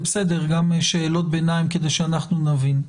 זה בסדר לשאול שאלות ביניים כדי שאנחנו נבין.